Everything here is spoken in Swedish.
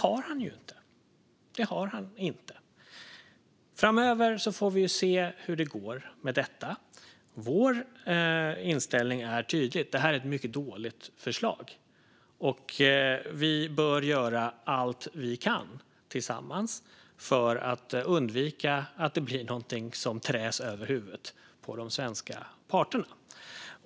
Men det har han inte. Vi får se hur det går med detta framöver. Vår inställning är tydlig. Det här är ett mycket dåligt förslag, och vi bör göra allt vi kan tillsammans för att undvika att det blir något som träs över huvudet på de svenska parterna.